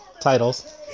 titles